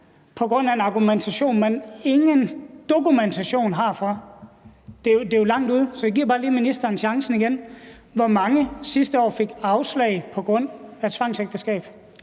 på grund af en argumentation, man ingen dokumentation har for. Det er jo langt ude. Så jeg giver bare lige ministeren chancen igen. Hvor mange fik sidste år afslag på grund af tvangsægteskab?